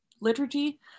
liturgy